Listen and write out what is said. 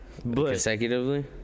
Consecutively